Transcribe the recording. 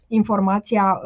informația